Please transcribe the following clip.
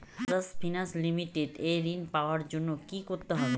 Bajaj finance limited এ ঋন পাওয়ার জন্য কি করতে হবে?